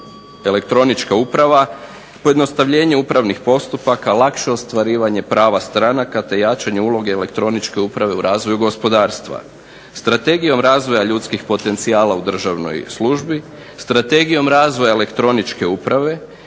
elektronička uprava, pojednostavljenje upravnih postupaka, lakše ostvarivanje prava stranaka, te jačanje uloge elektroničke uprave u razvoju gospodarstva. Strategijom razvoja ljudskih potencijala u državnoj službi, strategijom razvoja elektroničke uprave